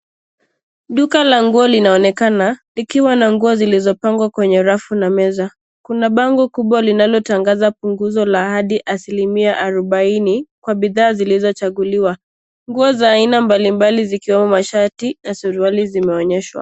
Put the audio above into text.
Duka la nguo linaonekana likiwa na nguo zilizopangwa kwenye rafu na meza. Kuna bango kubwa linalotangaza punguzo la hadi asilimia arubaini kwa bidhaa zilizochaguliwa. Nguo za aina mbali mbali zikiwemo mashati na suruali zimeonyeshwa.